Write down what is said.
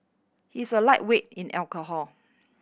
he is a lightweight in alcohol